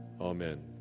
Amen